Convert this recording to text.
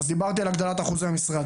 דיברתי על הגדלת אחוזי המשרה.